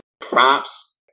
props